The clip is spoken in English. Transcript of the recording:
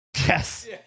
Yes